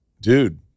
dude